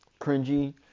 cringy